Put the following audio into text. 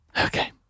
Okay